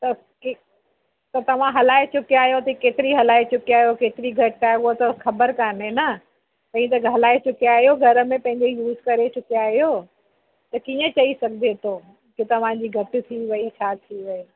त कंहिं त तव्हां हलाए चुकिया आहियो त केतिरी हलाए चुकिया आहियो केतिरी घटि आहे उहा त ख़बर काने न तव्हीं त हलाए चुकिया आहियो घर में पंहिंजे यूस करे चुकिया आहियो त कीअं चई सघिजे थो कि तव्हांजी घटि थी वेई छा थी वियो